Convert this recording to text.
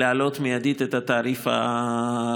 חייבים להעלות מיידית את התעריף הגבוה.